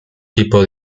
tipo